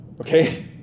Okay